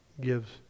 gives